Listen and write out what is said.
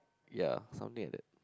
ya something like that